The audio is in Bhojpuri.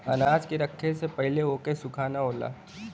अनाज के रखे से पहिले ओके सुखाना होला